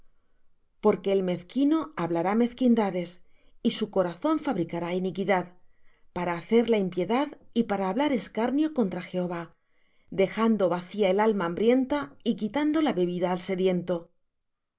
porque el mezquino hablará mezquindades y su corazón fabricará iniquidad para hacer la impiedad y para hablar escarnio contra jehová dejando vacía el alma hambrienta y quitando la bebida al sediento